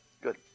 good